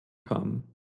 kamen